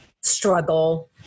struggle